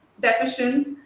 deficient